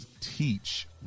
teach